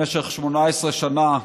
במשך 18 שנה,